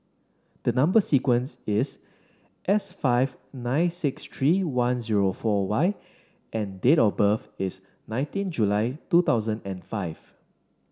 the number sequence is S five nine six three one zero four Y and date of birth is nineteen July two thousand and five